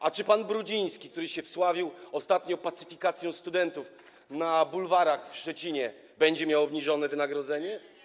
A czy pan Brudziński, który wsławił się ostatnio pacyfikacją studentów na bulwarach w Szczecinie, będzie miał obniżone wynagrodzenie?